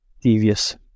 devious